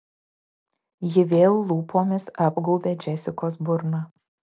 ji vėl lūpomis apgaubė džesikos burną